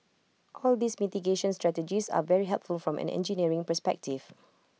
all these mitigation strategies are very helpful from an engineering perspective